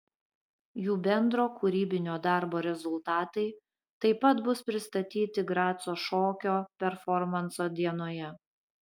jų bendro kūrybinio darbo rezultatai taip pat bus pristatyti graco šokio performanso dienoje